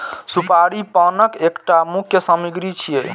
सुपारी पानक एकटा मुख्य सामग्री छियै